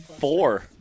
Four